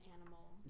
animal